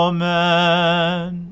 Amen